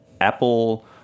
apple